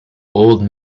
old